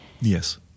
Yes